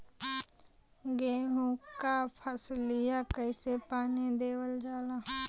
गेहूँक फसलिया कईसे पानी देवल जाई?